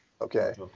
Okay